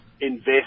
invest